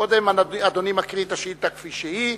קודם אדוני קורא את השאילתא כפי שהיא,